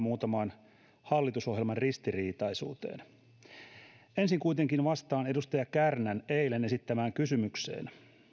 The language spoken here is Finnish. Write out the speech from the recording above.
muutamaan hallitusohjelman ristiriitaisuuteen ensin kuitenkin vastaan edustaja kärnän eilen esittämään kysymykseen